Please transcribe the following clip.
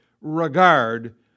regard